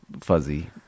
fuzzy